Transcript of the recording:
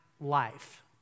life